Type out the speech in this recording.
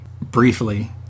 briefly